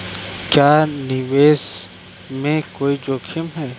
क्या निवेश में कोई जोखिम है?